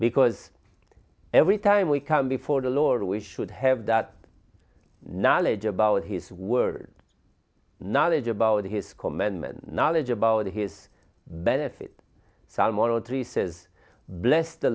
because every time we come before the lord we should have that knowledge about his word knowledge about his commandment knowledge about his benefit some or all three says blessed the